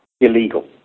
illegal